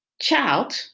child